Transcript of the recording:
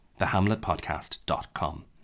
thehamletpodcast.com